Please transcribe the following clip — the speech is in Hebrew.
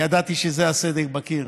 ידעתי שזה היה סדק בקיר.